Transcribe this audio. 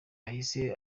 yahise